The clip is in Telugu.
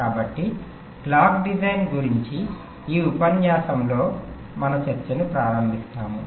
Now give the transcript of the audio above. కాబట్టి క్లాక్ డిజైన్ గురించి ఈ ఉపన్యాసంలో మన చర్చను ప్రారంభిస్తాము